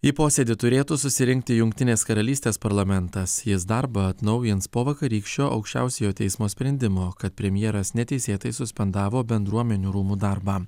į posėdį turėtų susirinkti jungtinės karalystės parlamentas jis darbą atnaujins po vakarykščio aukščiausiojo teismo sprendimo kad premjeras neteisėtai suspendavo bendruomenių rūmų darbą